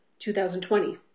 2020